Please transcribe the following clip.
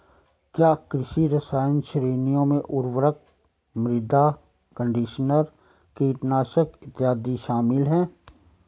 क्या कृषि रसायन श्रेणियों में उर्वरक, मृदा कंडीशनर, कीटनाशक इत्यादि शामिल हैं?